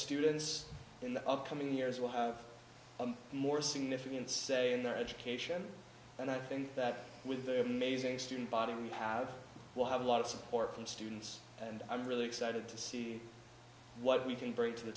students in the upcoming years will have a more significant say in their education and i think that with the amazing student body we have we'll have a lot of support from students and i'm really excited to see what we can bring to the